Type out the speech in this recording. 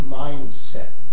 mindset